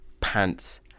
pants